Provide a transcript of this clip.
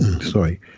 sorry